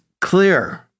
clear